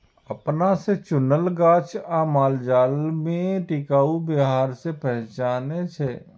अपना से चुनल गाछ आ मालजाल में टिकाऊ व्यवहार से पहचानै छै